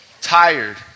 Tired